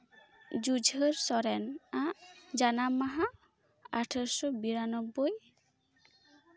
ᱡᱩᱡᱷᱟᱹᱨ ᱥᱚᱨᱮᱱ ᱟᱜ ᱡᱟᱱᱟᱢ ᱢᱟᱦᱟ ᱟᱴᱷᱮᱨᱳᱥᱚ ᱵᱤᱨᱟᱱᱚᱵᱽᱵᱳᱭ